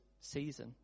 season